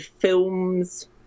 films